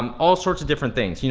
um all sorts of different things.